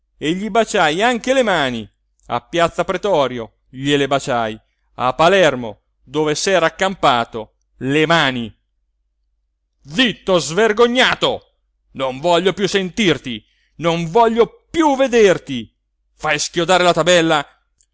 e gli baciai anche le mani a piazza pretorio gliele baciai a palermo dove s'era accampato le mani zitto svergognato non voglio piú sentirti non voglio piú vederti fai schiodare la tabella